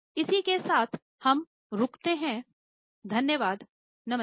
इस के साथ हम रूकते हैं नमस्ते